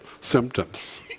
symptoms